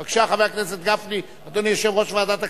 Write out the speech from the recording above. בבקשה, חבר הכנסת גפני, יושב-ראש ועדת הכספים.